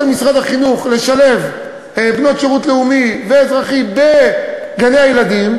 משרד החינוך לשילוב בנות שירות לאומי ואזרחי בגני-הילדים,